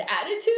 attitude